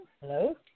Hello